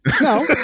no